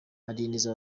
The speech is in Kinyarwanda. adindiza